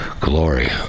glory